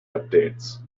updates